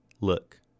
look